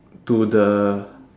to the